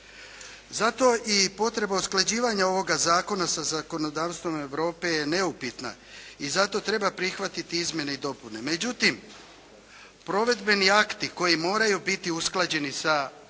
Zato i potreba usklađivanja ovoga zakona sa zakonodavstvom Europe je neupitna i zato treba prihvatiti izmjene i dopune. Međutim provedbeni akti koji moraju biti usklađeni sa kako